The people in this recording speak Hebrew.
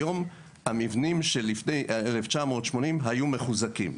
היום המבנים שלפני 1980 היו מחוזקים.